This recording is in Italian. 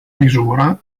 misura